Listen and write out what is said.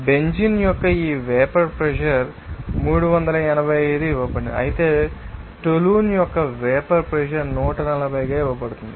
benzene యొక్క ఈ vapour pressure 385 ఇవ్వబడింది అయితే టోలున్ యొక్క వేపర్ ప్రెషర్ 140 ఇవ్వబడుతుంది